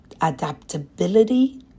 adaptability